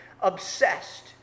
obsessed